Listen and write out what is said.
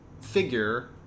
figure